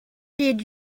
did